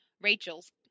Rachel's